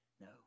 no